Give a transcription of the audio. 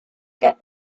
get